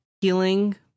healing